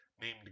named